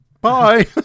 Bye